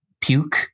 puke